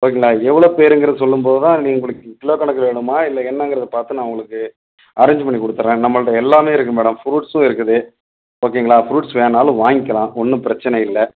ஓகேங்களா எவ்வளோ பேருங்கிறத சொல்லும் போது தான் நீ உங்களுக்கு கிலோ கணக்கில் வேணுமா இல்லை என்னங்கிறத பார்த்து நான் உங்களுக்கு அரேஞ்சு பண்ணிக் கொடுத்துர்றேன் நம்மள்கிட்ட எல்லாமே இருக்குது மேடம் ஃப்ரூட்ஸும் இருக்குது ஓகேங்களா ஃப்ரூட்ஸ் வேணாலும் வாங்க்கலாம் ஒன்றும் பிரச்சின இல்லை